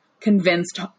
convinced